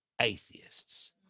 atheists